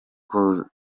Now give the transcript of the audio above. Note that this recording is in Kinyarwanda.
kuzana